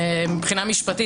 מבחינה משפטית,